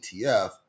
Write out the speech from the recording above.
ETF